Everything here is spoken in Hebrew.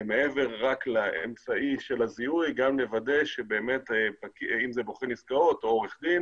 מעבר לאמצעי של הזיהוי אם זה בוחן עסקאות או עורך דין